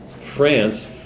France